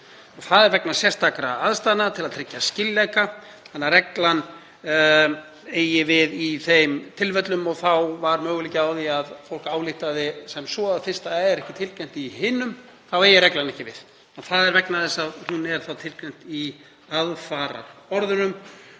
Það er vegna sérstakra aðstæðna til að tryggja skýrleika þannig að reglan eigi við í þeim tilfellum. Þá var möguleiki á því að fólk ályktaði sem svo að fyrst það er ekki tilgreint í hinum liðunum þá eigi reglan ekki við, en það er vegna þess að hún er tilgreind í aðfararorðunum.